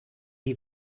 die